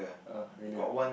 err really